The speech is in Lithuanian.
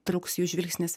truks jų žvilgsnis